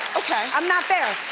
okay. i'm not there,